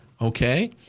okay